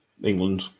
England